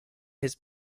his